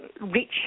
rich